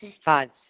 Five